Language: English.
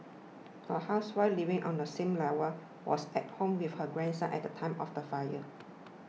a housewife living on the same level was at home with her grandson at time of the fire